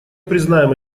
признаем